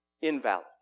invalid